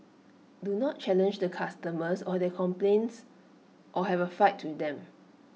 do not challenge the customers or their complaints or have A fight with them